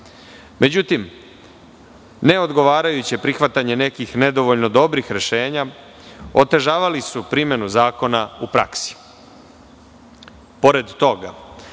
neodgovarajuće prihvatanje nekih nedovoljno dobrih rešenja otežavali su primenu zakona u praksi. Pored